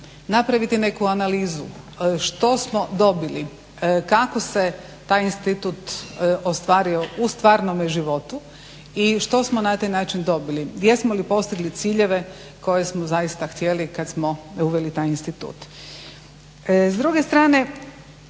napraviti neku analizu što smo dobili, kako se taj institut ostvario u stvarnome životu i što smo na taj način dobili. Jesmo li postigli ciljeve koje smo zaista htjeli kad smo uveli taj institut. S druge strane